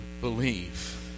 believe